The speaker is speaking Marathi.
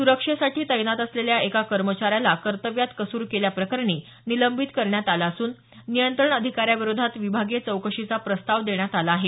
सुरक्षेसाठी तैनात असलेल्या एका कर्मचाऱ्याला कर्तव्यात कसूर केल्याप्रकरणी निलंबित करण्यात आलं असून नियंत्रण अधिकाऱ्याविरोधात विभागीय चौकशीचा प्रस्ताव देण्यात आला आहे